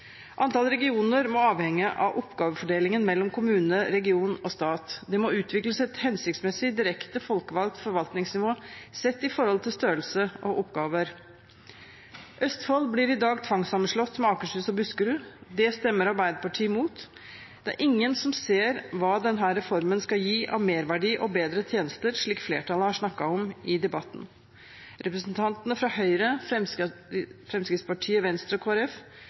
Antall regioner må avhenge av oppgavefordelingen mellom kommune, region og stat. Det må utvikles et hensiktsmessig direkte folkevalgt forvaltningsnivå, sett i forhold til størrelse og oppgaver. Østfold blir i dag tvangssammenslått med Akershus og Buskerud. Det stemmer Arbeiderpartiet imot. Ingen ser hva denne reformen skal gi av merverdi og bedre tjenester, slik flertallet har snakket om i debatten. Representantene fra Høyre, Fremskrittspartiet, Venstre og